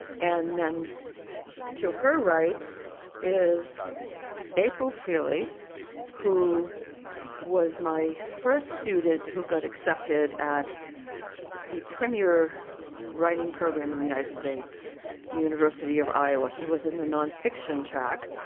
and then to her right is april freely who was my first student who got accepted at the premiere writing program in the united states, the university of iowa. she was in the nonfiction track.